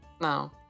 No